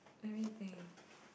everything